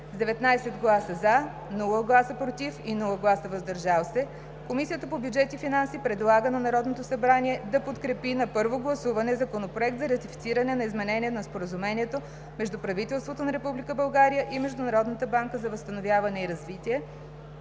19 гласа „за“, без „против“ и „въздържал се“ Комисията по бюджет и финанси предлага на Народното събрание да подкрепи на първо гласуване Законопроект за ратифициране на Изменение на Споразумението между правителството на Република България и Международната банка за възстановяване и развитие